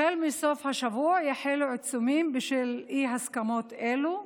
החל מסוף השבוע יחלו עיצומים בשל אי-הסכמות אלו".